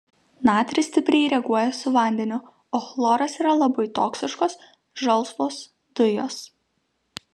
natris stipriai reaguoja su vandeniu o chloras yra labai toksiškos žalsvos dujos